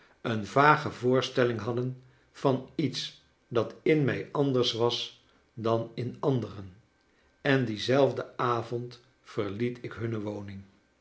een vage voorstelling hadden van iets dat in mij anders was dan in anderen en dien zelfden avond verliet ik hunne woning